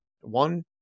one